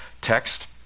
text